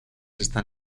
están